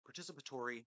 participatory